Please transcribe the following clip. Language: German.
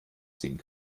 ziehen